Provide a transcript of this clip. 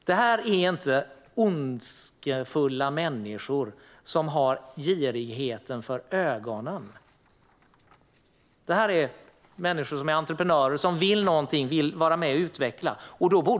Det här är inte ondskefulla människor som har girigheten för ögonen, utan det är människor som är entreprenörer, som vill någonting och som vill vara med och utveckla ett område.